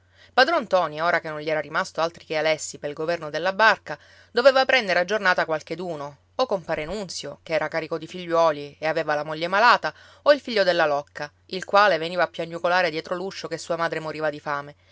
padron ntoni ora che non gli era rimasto altri che alessi pel governo della barca doveva prendere a giornata qualcheduno o compare nunzio che era carico di figliuoli e aveva la moglie malata o il figlio della locca il quale veniva a piagnucolare dietro l'uscio che sua madre moriva di fame